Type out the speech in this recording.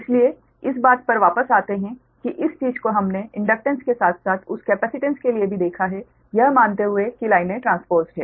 इसलिए इस बात पर वापस आते हैं कि इस चीज को हमने इंडक्टेन्स के साथ साथ उस कैपेसिटेंस के लिए भी देखा है यह मानते हुए कि लाइनें ट्रांसपोज्ड हैं